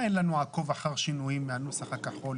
אין לנו עקוב אחר שינויים מהנוסח הכחול,